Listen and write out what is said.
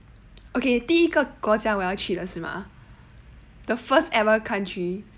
okay 第一个国家我要去的是吗 the first ever country